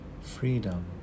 Freedom